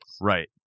right